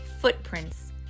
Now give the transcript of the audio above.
footprints